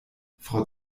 frau